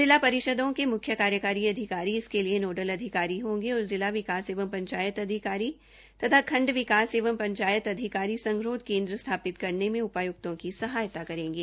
जिला परिषदों के मुख्य कार्यकारी अधिकारी इसके लिए नोडल अधिकारी होंगे और जिला विकास एवं पंचायत अधिकारी तथा खंड विकास एवं पंचायत अधिककारी संगरोध केन्द्र स्थापित करने में उपाय्क्तों की सहायता करेंगे